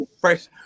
fresh